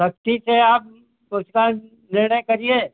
सख़्ती से आप उसका निर्णय करिए